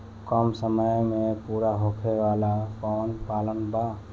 कम समय में पूरा होखे वाला कवन प्लान बा?